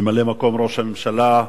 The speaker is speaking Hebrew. ממלא-מקום ראש הממשלה,